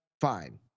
Fine